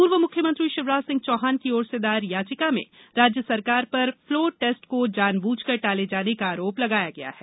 पूर्व मुख्यमंत्री शिवराज सिंह चौहान की ओर से दायर याचिका में राज्य सरकार पर फ़्लोर टेस्ट को जानबूझकर टाले जाने का आरोप लगाया है